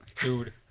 Dude